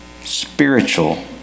spiritual